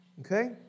okay